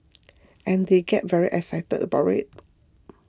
and they get very excited about it